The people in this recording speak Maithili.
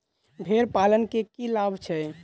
भेड़ पालन केँ की लाभ छै?